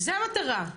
זו המטרה,